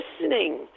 listening